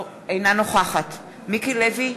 אינה נוכחת מיקי לוי,